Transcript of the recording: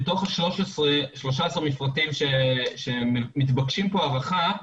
בתוך 13 המפרטים שמתבקשות פה הארכה,